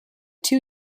two